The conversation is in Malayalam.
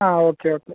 ആ ഓക്കെ ഓക്കെ